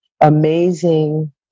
amazing